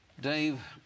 Dave